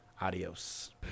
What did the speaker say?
adios